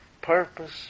purpose